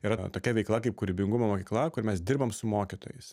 yra tokia veikla kaip kūrybingumo mokykla kur mes dirbam su mokytojais